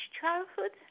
childhood